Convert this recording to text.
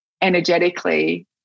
energetically